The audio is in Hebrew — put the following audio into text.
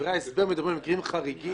דברי ההסבר מדברים על מקרים חריגים.